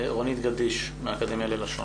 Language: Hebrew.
רונית גדיש מהאקדמיה ללשון.